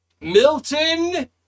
Milton